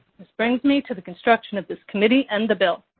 which brings me to the construction of this committee and the bill.